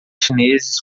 chineses